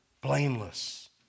blameless